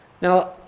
Now